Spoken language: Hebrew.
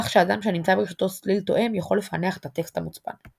כך שאדם שנמצא ברשותו סליל תואם יכול לפענח את הטקסט המוצפן.